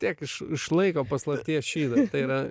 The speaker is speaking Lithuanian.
tiek iš išlaiko paslapties šydą tai yra